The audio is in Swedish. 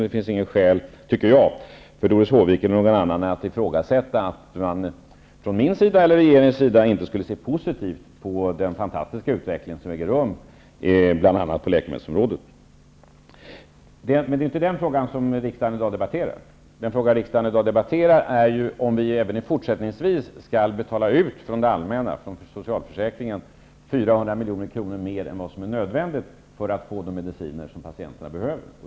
Det finns enligt min mening ingen anledning för Doris Håvik eller någon annan att ifrågasätta att jag eller regeringen inte skulle se positivt på den fantastiska utveckling som äger rum bl.a. på läkemedelsområdet. Det är inte den frågan som riksdagen i dag debatterar, utan det är om vi även fortsättningsvis från det allmänna, från socialförsäkringen, skall betala ut 400 milj.kr. mer än vad som är nödvändigt för att få de mediciner som patienterna behöver.